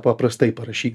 paprastai parašyta